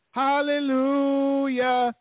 hallelujah